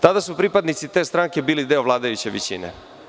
Tada su pripadnici te stranke bili deo vladajuće većine.